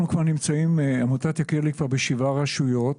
עמותת יקיר לי נמצאת בשבעה רשויות.